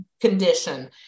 condition